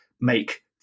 make